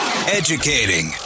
Educating